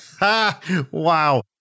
Wow